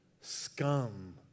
scum